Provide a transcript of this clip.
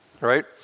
Right